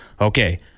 okay